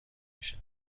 میشن